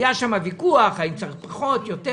היה ויכוח האם צריך פחות או יותר,